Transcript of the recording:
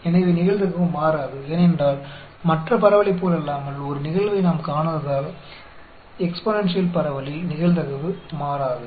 எனவே நிகழ்தகவு மாறாது ஏனென்றால் மற்ற பரவலைப் போலல்லாமல் ஒரு நிகழ்வை நாம் காணாததால் எக்ஸ்பொனேன்ஷியல் பரவலில் நிகழ்தகவு மாறாது